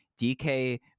dk